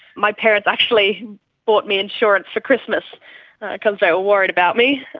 my parents actually bought me insurance for christmas because they were worried about me,